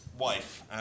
wife